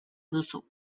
duzu